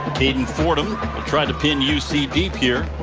sort of trying to pin you see the pier.